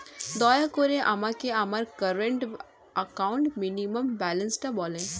দয়া করে আমাকে আমার কারেন্ট অ্যাকাউন্ট মিনিমাম ব্যালান্সটা বলেন